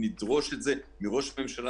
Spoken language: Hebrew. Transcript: נדרוש את זה מראש הממשלה